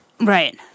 Right